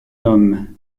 homme